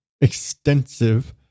extensive